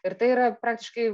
ir tai yra praktiškai